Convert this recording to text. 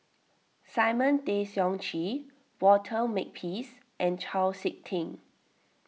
Simon Tay Seong Chee Walter Makepeace and Chau Sik Ting